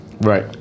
Right